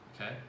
okay